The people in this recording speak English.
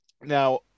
Now